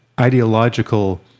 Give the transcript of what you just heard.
ideological